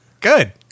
Good